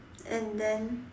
and then